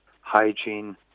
hygiene